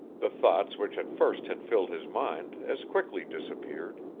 the thoughts which at first had filled his mind as quickly disappeared.